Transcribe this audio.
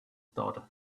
daughter